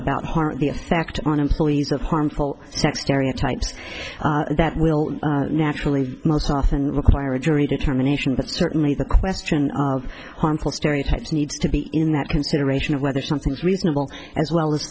about hartley attacked on employees of harmful sex stereotypes that will naturally most often require a jury determination but certainly the question of harmful stereotypes needs to be in that consideration of whether something is reasonable as well as